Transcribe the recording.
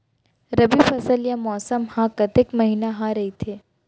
रबि फसल या मौसम हा कतेक महिना हा रहिथे?